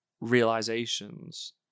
realizations